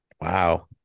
Wow